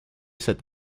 cette